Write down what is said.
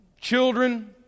children